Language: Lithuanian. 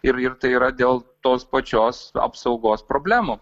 ir ir tai yra dėl tos pačios apsaugos problemų